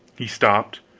he stopped,